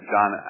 John